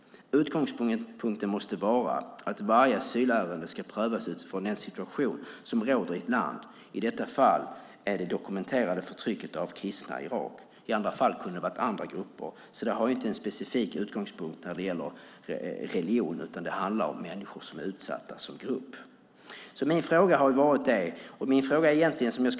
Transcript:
Utgångspunkten måste vara att varje asylärende ska prövas utifrån den situation som råder i ett land, i detta fall det dokumenterade förtrycket av kristna i Irak. I andra fall kunde det ha varit andra grupper. Det har inte en specifik utgångspunkt i religion utan det handlar om människor som är utsatta som grupp. Fru talman!